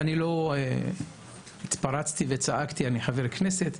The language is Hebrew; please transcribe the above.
לא התפרצתי וצעקתי שאני חבר הכנסת,